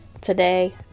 today